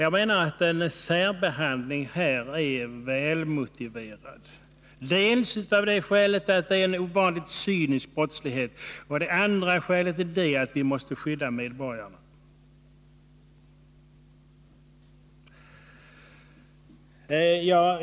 Jag menar att en särbehandling av dessa är väl motiverad, dels därför att det är fråga om en ovanligt cynisk brottslighet, dels därför att vi måste skydda medborgarna.